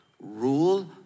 Rule